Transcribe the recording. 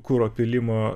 kuro pylimo